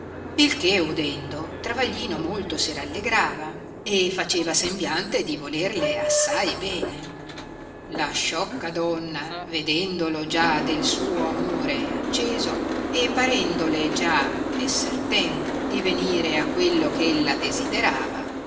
il che udendo travaglino molto si rallegrava e faceva sembiante di volerle assai bene la sciocca donna vedendolo già del suo amore acceso e parendole già esser tempo di venire a quello eh ella desiderava